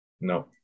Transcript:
No